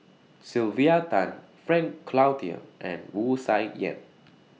Sylvia Tan Frank Cloutier and Wu Tsai Yen